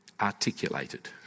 articulated